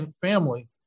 family